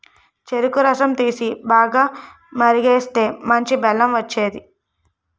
చెరుకు రసం తీసి, బాగా మరిగిస్తేనే మంచి బెల్లం వచ్చేది